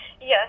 Yes